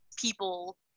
people